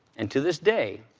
and to this day,